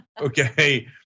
Okay